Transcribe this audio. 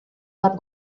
bat